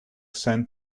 sent